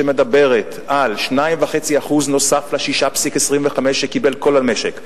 שמדברת על 2.5% נוסף על 6.25% שקיבל כל המשק,